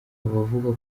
abavuga